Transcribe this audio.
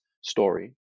story